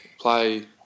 play